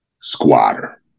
squatter